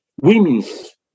women's